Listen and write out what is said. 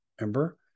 Remember